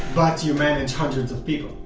but you manage hundreds of people.